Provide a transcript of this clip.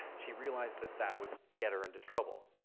she realized that that would get her into trouble,